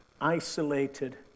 isolated